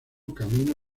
camino